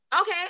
Okay